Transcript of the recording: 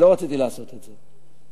ולא רציתי לעשות את זה.